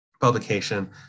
publication